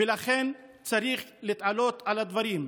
ולכן צריך להתעלות מעל הדברים.